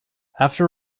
after